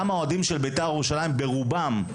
גם האוהדים של בית"ר ירושלים ברובם,